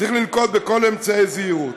צריך לנקוט את כל אמצעי זהירות,